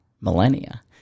millennia